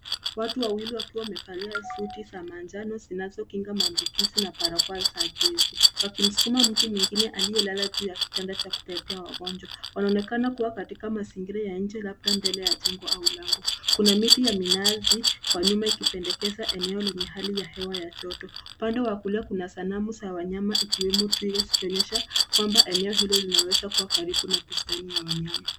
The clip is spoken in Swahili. Watu wawili wakiwa wamevalia suti za manjano zinazokinga maambukizi na barakoa za gesi. Wakimskuma mtu mwingine aliyelala juu ya kitanda cha kubebea wagonjwa. Wanaonekana kuwa katika mazingira ya nje labda mbele ya jengo au lango. Kuna miti ya minazi kwa nyuma ikipendekeza eneo lenye hali ya hewa ya joto. Upande wa kulia kuna sanamu za wanyama wakiwemo twiga zikionyesha kwamba eneo hilo linaweza kuwa karibu na bustani ya wanyama.